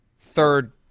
third